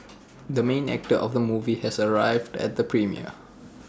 the main actor of the movie has arrived at the premiere